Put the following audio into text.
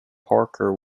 parker